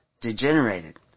degenerated